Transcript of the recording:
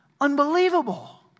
unbelievable